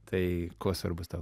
tai kuo svarbus tau